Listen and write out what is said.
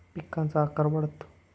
पिकांचा आकार वाढतो